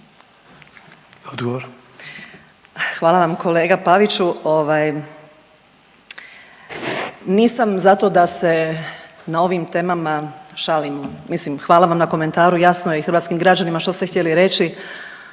Hvala vam kolega Paviću. Ovaj nisam zato da se na ovim temama šalimo, mislim hvala vam na komentaru i jasno je i hrvatskim građanima što ste htjeli reći,